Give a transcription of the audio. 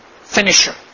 Finisher